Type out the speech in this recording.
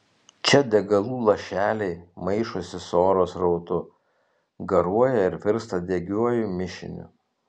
čia degalų lašeliai maišosi su oro srautu garuoja ir virsta degiuoju mišiniu